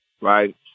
right